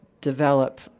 develop